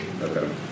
Okay